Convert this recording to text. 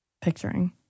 picturing